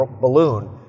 balloon